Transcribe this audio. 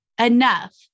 enough